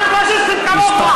על פאשיסטים כמוך,